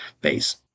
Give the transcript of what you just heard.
base